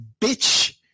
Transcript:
Bitch